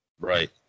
Right